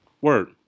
Word